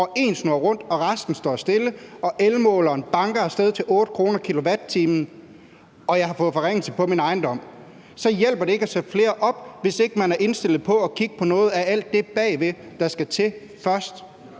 én snurrer rundt og resten står stille, mens elmåleren banker af sted til 8 kr. pr. kilowatt-time, og jeg har fået forringet min ejendom. Det hjælper ikke at sætte flere op, hvis ikke man er indstillet på at kigge på noget af alt det bagved, der skal til, først.